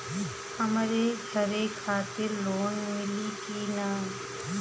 हमरे घर खातिर लोन मिली की ना?